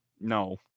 No